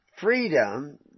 freedom